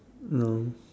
no